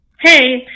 hey